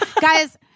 guys